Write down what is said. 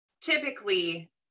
typically